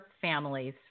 families